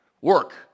work